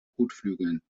kotflügeln